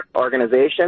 organization